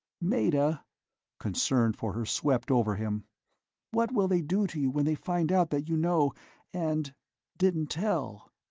meta concern for her swept over him what will they do to you when they find out that you know and didn't tell?